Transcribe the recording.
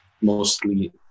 mostly